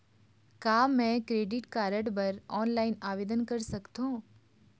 का मैं credit card बर ऑनलाइन आवेदन कर सकथों?